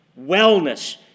wellness